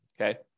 Okay